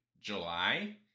July